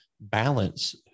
balance